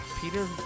Peter